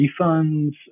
refunds